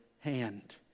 hand